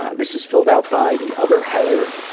ah this is filled out by the other heather,